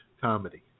comedy